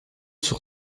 sur